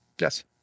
Yes